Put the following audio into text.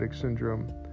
syndrome